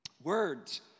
Words